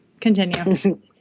continue